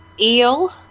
Eel